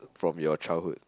from your childhood